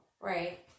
Right